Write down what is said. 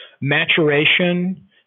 maturation